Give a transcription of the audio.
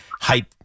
hype